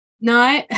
No